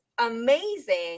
amazing